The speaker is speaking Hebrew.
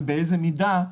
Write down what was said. ובאיזו מידה,